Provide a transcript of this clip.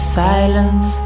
silence